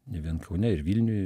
ne vien kaune ir vilniuj